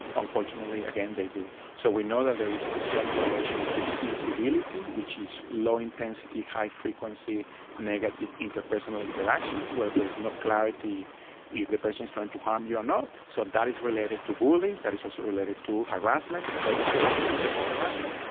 unfortunately, again, they do. so we know that there is a strong correlation between incivility which is low-intensity, high-frequency negative interpersonal interactions where there is no clarity if the person is trying to harm you or not, so that is related to bullying. that is also related to harassment, racial harassment and sexual harassment,